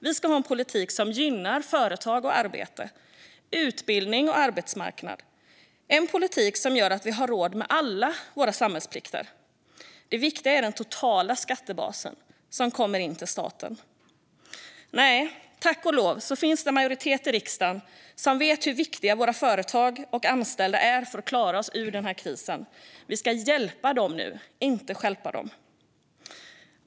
Vi ska ha en politik som gynnar företag och arbete, utbildning och arbetsmarknad - en politik som gör att vi har råd med alla våra samhällsplikter. Det viktiga är den totala skattebasen som kommer in till staten. Tack och lov finns det en majoritet i riksdagen som vet hur viktiga våra företag och anställda är för att klara oss ur denna kris. Vi ska hjälpa dem nu, inte stjälpa dem.